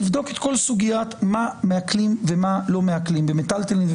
לבדוק את כל הסוגיה מה מעקלים ומה לא מעקלים במיטלטלין.